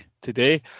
today